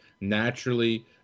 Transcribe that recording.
naturally